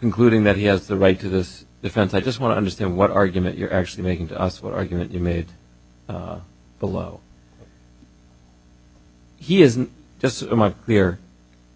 concluding that he has the right to this defense i just want to understand what argument you're actually making to us what argument you made below he isn't just my clear